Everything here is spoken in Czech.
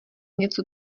něco